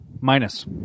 minus